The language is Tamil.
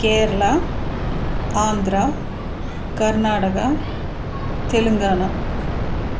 கேரளா ஆந்திரா கர்நாடகா தெலுங்கானா